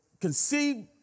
conceived